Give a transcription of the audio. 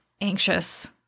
anxious